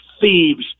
thieves